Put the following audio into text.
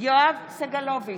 יואב סגלוביץ'